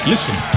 Listen